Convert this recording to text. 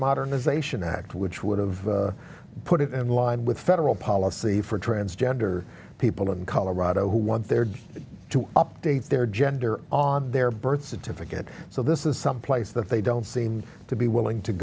modernization act which would have put it in line with federal policy for transgender people in colorado who want there to update their gender on their birth certificate so this is someplace that they don't seem to be willing to